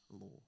law